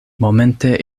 momente